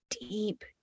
deep